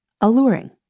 alluring